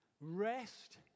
rest